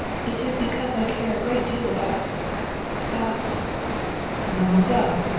it is because i care a great deal about about mademoiselle!